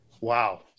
Wow